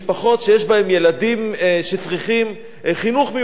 שיש בהן ילדים שצריכים חינוך מיוחד,